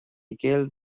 gcill